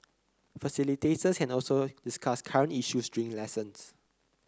facilitators can also discuss current issues during lessons